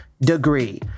DEGREE